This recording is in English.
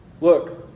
look